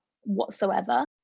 whatsoever